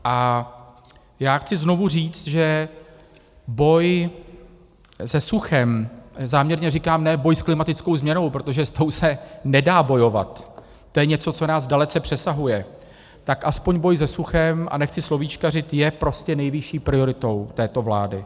A já chci znovu říct, že boj se suchem záměrně říkám ne boj s klimatickou změnou, protože s tou se nedá bojovat, to je něco, co nás dalece přesahuje, tak aspoň boj se suchem, a nechci slovíčkařit, je prostě nejvyšší prioritou této vlády.